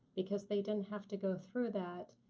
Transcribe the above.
because they didn't have to go through that,